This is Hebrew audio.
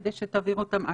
כדי שתעביר אותם הלאה,